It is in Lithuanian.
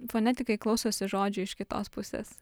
fonetikai klausosi žodžių iš kitos pusės